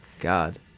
god